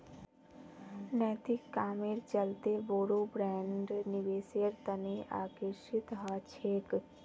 नैतिक कामेर चलते बोरो ब्रैंड निवेशेर तने आकर्षित ह छेक